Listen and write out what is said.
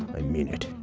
i mean it.